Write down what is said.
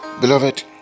Beloved